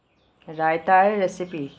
raita recipe